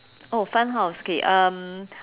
oh funhouse okay um